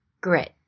Grit